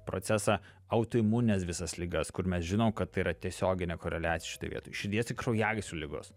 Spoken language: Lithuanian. procesą autoimunines visas ligas kur mes žinom kad tai yra tiesioginė koreliacija šitoj vietoj širdies ir kraujagyslių ligos